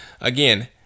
again